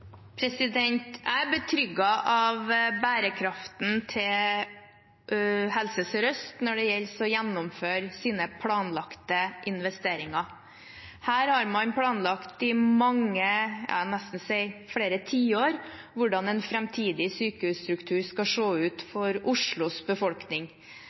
Jeg er betrygget av bærekraften til Helse Sør-Øst når det gjelder å gjennomføre deres planlagte investeringer. Her har man planlagt i – jeg vil nesten si – flere tiår hvordan en framtidig sykehusstruktur skal se ut for Oslos befolkning.